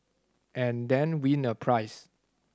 and then win a prize